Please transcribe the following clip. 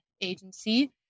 agency